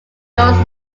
doris